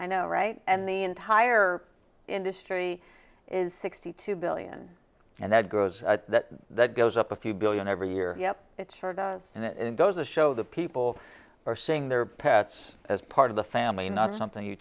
i know right and the entire industry is sixty two billion and that grows that that goes up a few billion every year yep it sure does and it goes a show that people are seeing their pets as part of the family not something you